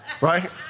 right